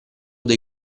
dei